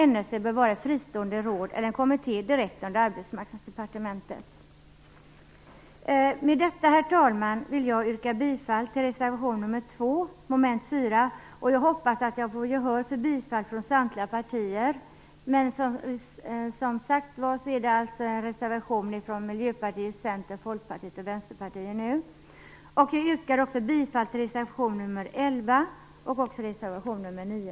NRC bör vara ett fristående råd eller en kommitté direkt under Arbetsmarknadsdepartementet. Med detta, herr talman, vill jag yrka bifall till reservation nr 2 mom. 4. Jag hoppas att jag får gehör för den från samtliga partier, men som sagt var är detta en reservation från Miljöpartiet, Centern, Folkpartiet och Vänsterpartiet. Jag yrkar också bifall till reservation nr 11 och nr 9.